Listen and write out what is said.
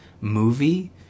movie